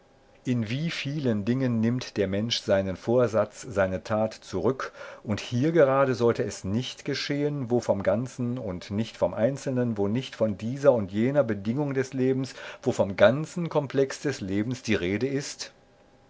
in wie vielen dingen nimmt der mensch seinen vorsatz seine tat zurück und hier gerade sollte es nicht geschehen wo vom ganzen und nicht vom einzelnen wo nicht von dieser oder jener bedingung des lebens wo vom ganzen komplex des lebens die rede ist